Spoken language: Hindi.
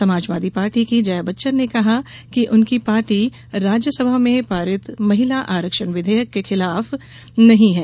समाजवादी पार्टी की जया बच्चन ने कहा कि उनकी पार्टी राज्यसभा में पारित महिला आरक्षण विधेयक के खिलाफ नहीं है